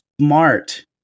smart